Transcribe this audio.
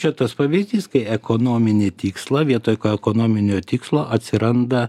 čia tas pavyzdys kai ekonominį tikslą vietoj ekonominio tikslo atsiranda